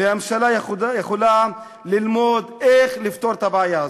והממשלה יכולה ללמוד איך לפתור את הבעיה הזאת.